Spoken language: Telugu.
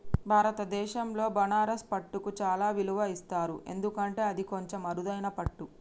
భారతదేశంలో బనారస్ పట్టుకు చాలా విలువ ఇస్తారు ఎందుకంటే అది కొంచెం అరుదైన పట్టు